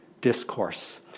discourse